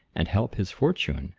and help his fortune,